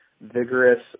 vigorous